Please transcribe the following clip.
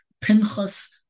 Pinchas